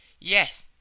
Yes